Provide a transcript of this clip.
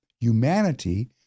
humanity